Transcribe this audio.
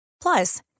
Plus